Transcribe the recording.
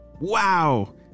Wow